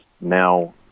now